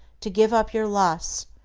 to give up your lusts,